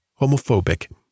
homophobic